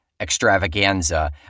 extravaganza